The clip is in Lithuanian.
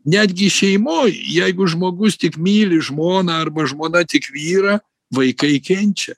netgi šeimoj jeigu žmogus tik myli žmoną arba žmona tik vyrą vaikai kenčia